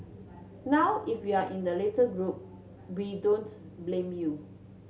now if you're in the latter group we don't blame you